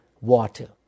water